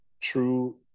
true